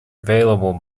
available